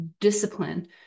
discipline